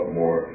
more